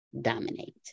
dominate